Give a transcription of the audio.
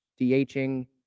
DHing